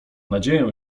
nadzieję